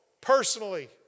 personally